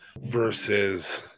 versus